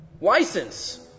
license